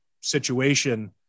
situation